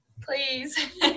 please